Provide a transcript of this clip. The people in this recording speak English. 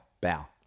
bow